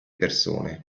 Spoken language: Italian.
persone